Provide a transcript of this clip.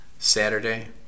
Saturday